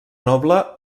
noble